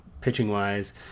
pitching-wise